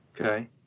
Okay